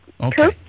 Okay